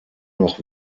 noch